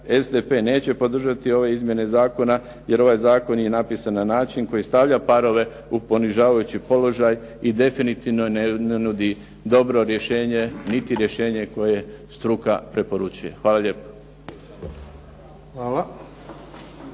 SDP neće podržati ove izmjene zakona, jer ovaj zakon je napisan na način koji stavlja parove u ponižavajući položaj i definitivno ne nudi dobro rješenje, niti rješenje koje struka preporučuje. Hvala lijepo.